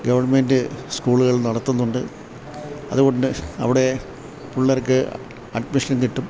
government സ്കൂളുകൾ നടത്തുന്നുണ്ട് അതുകൊണ്ട് അവിടെ പിള്ളേർക്ക് അഡ്മിഷൻ കിട്ടും